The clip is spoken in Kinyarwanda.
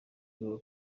ngombwa